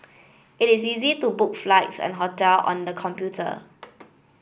it is easy to book flights and hotel on the computer